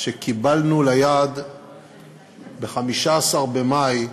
שקיבלנו ליד ב-15 במאי,